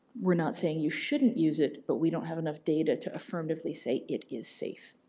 we're not saying you shouldn't use it but we don't have enough data to affirmatively say it is safe.